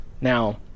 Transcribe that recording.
Now